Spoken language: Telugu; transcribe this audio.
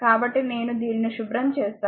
కాబట్టి నేను దీనిని శుభ్రం చేస్తాను